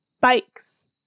bikes